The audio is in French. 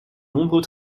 nombreux